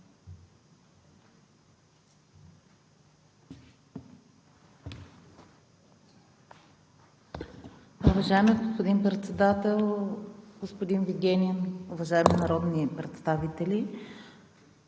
Уважаеми господин Председател, господин Вигенин, уважаеми народни представители!